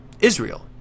Israel